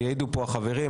יעידו פה החברים,